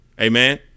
Amen